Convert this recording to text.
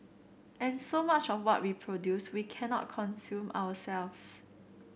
and so much of what we produce we cannot consume ourselves